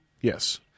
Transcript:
Yes